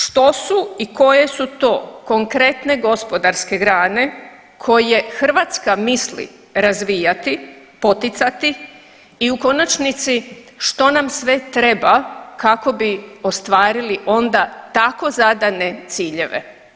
Što su i koje su to konkretne gospodarske grane koje Hrvatska misli razvijati, poticati i u konačnici što nam sve treba kako bi ostvarili onda tako zadane ciljeve?